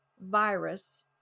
virus